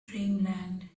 dreamland